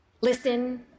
Listen